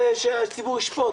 זה הציבור ישפוט.